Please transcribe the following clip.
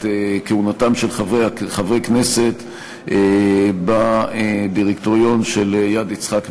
את כהונתם של חברי הכנסת בדירקטוריון של יד יצחק בן-צבי.